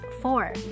four